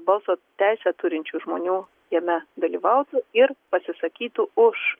balso teisę turinčių žmonių jame dalyvautų ir pasisakytų už